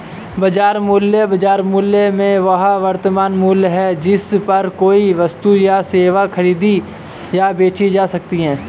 बाजार मूल्य, बाजार मूल्य में वह वर्तमान मूल्य है जिस पर कोई वस्तु या सेवा खरीदी या बेची जा सकती है